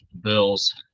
Bills